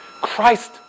Christ